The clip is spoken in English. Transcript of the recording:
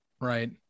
Right